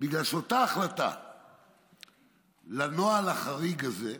בגלל שאותה החלטה על הנוהל החריג הזה,